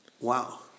Wow